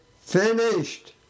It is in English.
finished